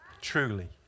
Truly